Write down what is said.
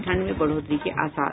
ठंड में बढ़ोतरी के आसार